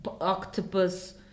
octopus